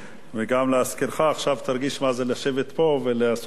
עכשיו תרגיש מה זה לשבת פה ולעשות סדר לאלה שיושבים למטה.